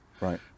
Right